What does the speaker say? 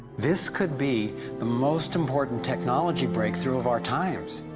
this could be the most important technology breakthrough of our times!